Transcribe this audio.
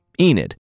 Enid